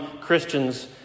Christians